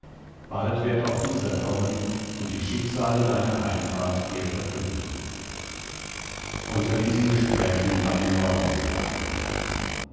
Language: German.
bald wird auch dieser kommen und die schicksale deiner heimfahrt dir verkünden unter diesen gesprächen war die morgenröte angebrochen